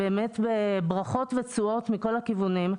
בברכות ובתשואות מכל הכיוונים,